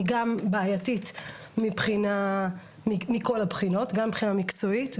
היא גם בעיתית מכל הבחינות מבחינה מקצועית,